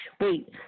Wait